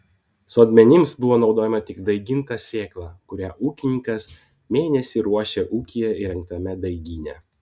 sodmenims buvo naudojama tik daiginta sėkla kurią ūkininkas mėnesį ruošė ūkyje įrengtame daigyne